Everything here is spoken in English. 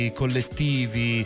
collettivi